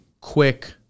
quick